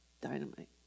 dynamite